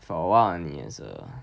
for one is a